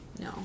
No